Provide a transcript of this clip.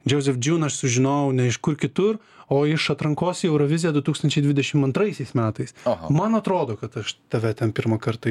džozef džiūn aš sužinojau ne iš kur kitur o iš atrankos į euroviziją du tūkstančiai dvidešimt antraisiais metais man atrodo kad aš tave ten pirmą kartą